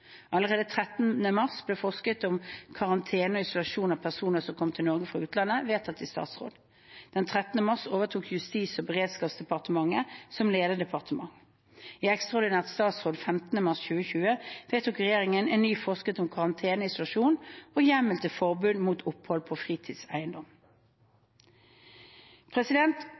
Allerede 13. mars ble forskrift om karantene og isolasjon av personer som kommer til Norge fra utlandet, vedtatt i statsråd. Den 13. mars overtok Justis- og beredskapsdepartementet som lederdepartement. I ekstraordinært statsråd 15. mars 2020 vedtok regjeringen en ny forskrift om karantene, isolasjon og hjemmel til forbud mot opphold på